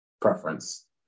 preference